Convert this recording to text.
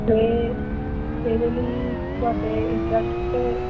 ਅਤੇ ਇਹਦੇ ਲਈ ਤੁਹਾਡੇ ਇੰਟਰਸਟ